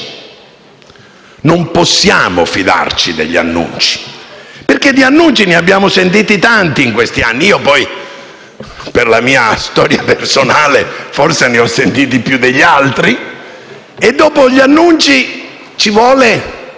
non possiamo fidarci degli annunci, perché di annunci ne abbiamo sentiti tanti in questi anni. Io poi, per la mia storia personale, forse ne ho sentiti più degli altri. Dopo gli annunci ci vuole